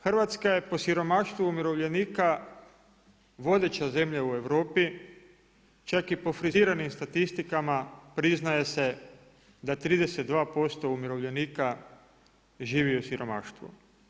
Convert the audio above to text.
Hrvatska je po siromaštvu umirovljenika, vodeća zemlja u Europi, čak i po friziranim statistikama, priznaje se da 32% umirovljenika živi u siromaštvu.